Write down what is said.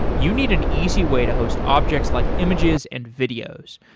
you need an easy way to host objects like images and videos.